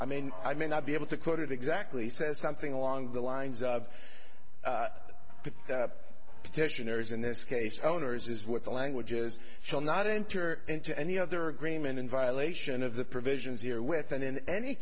i mean i may not be able to quote it exactly says something along the lines of the petitioners in this case owners as with the language is shall not enter into any other agreement in violation of the provisions here with and in any